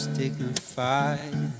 dignified